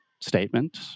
statement